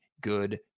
good